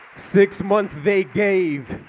six months they gave.